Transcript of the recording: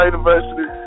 University